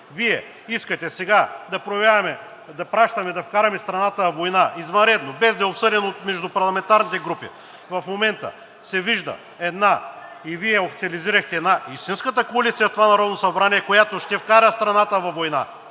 искате сега да пращаме, да вкарваме страната във война извънредно, без да е обсъдено между парламентарните групи?! В момента се вижда и Вие официализирахте една истинска коалиция в това Народно събрание, която ще вкара страната във война.